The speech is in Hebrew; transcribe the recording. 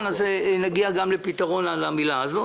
שולחן הוועדה ונגיע גם לפתרון לגבי הניסוח.